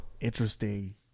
interesting